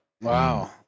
Wow